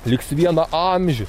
liks vienaamžis